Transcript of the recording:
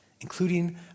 including